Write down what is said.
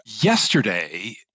yesterday